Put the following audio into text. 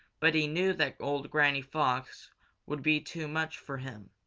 but he knew that old granny fox would be too much for him.